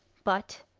but,